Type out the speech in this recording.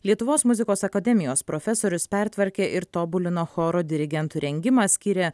lietuvos muzikos akademijos profesorius pertvarkė ir tobulino choro dirigentų rengimą skyrė